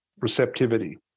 receptivity